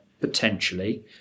Potentially